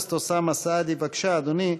חבר הכנסת אוסאמה סעדי, בבקשה, אדוני.